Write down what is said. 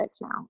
now